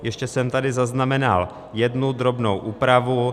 Ještě jsem tady zaznamenal jednu drobnou úpravu.